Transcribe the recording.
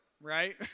right